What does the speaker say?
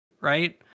right